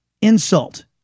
insult